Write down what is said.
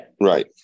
right